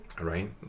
Right